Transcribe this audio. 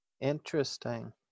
Interesting